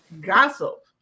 gossip